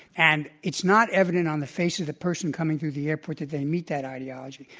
and it's not evident on the face of the person coming through the airport that they meet that ideology.